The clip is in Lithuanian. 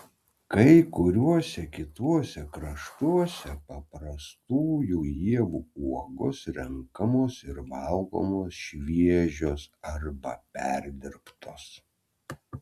kai kuriuose kituose kraštuose paprastųjų ievų uogos renkamos ir valgomos šviežios arba perdirbtos